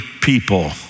people